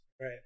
Right